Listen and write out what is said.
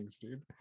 dude